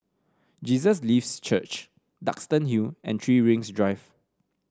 Jesus Lives Church Duxton Hill and Three Rings Drive